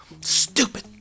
stupid